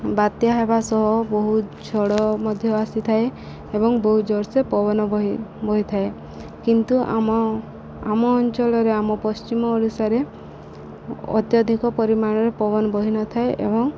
ବାତ୍ୟା ହେବା ସହ ବହୁତ ଝଡ଼ ମଧ୍ୟ ଆସିଥାଏ ଏବଂ ବହୁତ ଜୋରସେ ପବନ ବହେ ବହିଥାଏ କିନ୍ତୁ ଆମ ଆମ ଅଞ୍ଚଳରେ ଆମ ପଶ୍ଚିମ ଓଡ଼ିଶାରେ ଅତ୍ୟଧିକ ପରିମାଣରେ ପବନ ବହିନଥାଏ ଏବଂ